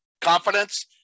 confidence